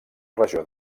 regió